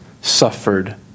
suffered